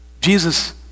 Jesus